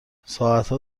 ساعتها